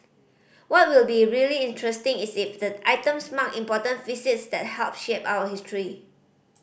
what will be really interesting is if the items marked important visits that helped shape our history